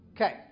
Okay